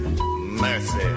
Mercy